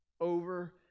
over